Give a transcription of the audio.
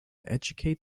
educate